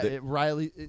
riley